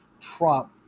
Trump